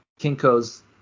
Kinko's